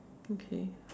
okay